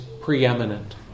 preeminent